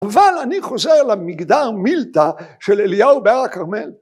אבל אני חוזר למגדר מילטא של אליהו בהר הכרמל.